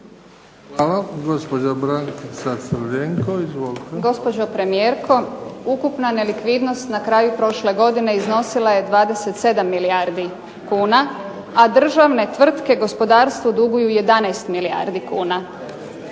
**Crljenko, Brankica (SDP)** Gospođo premijerko, ukupna nelikvidnost na kraju prošle godine iznosila je 27 milijardi kuna a državne tvrtke gospodarstvu duguju 11 milijardi kuna.